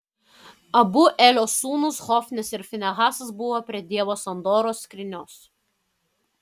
abu elio sūnūs hofnis ir finehasas buvo prie dievo sandoros skrynios